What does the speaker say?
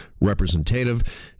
representative